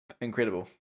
incredible